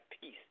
peace